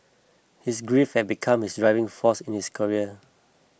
his grief had become his driving force in his career